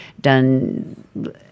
done